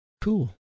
cool